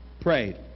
prayed